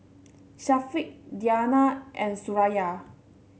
Syafiq Diyana and Suraya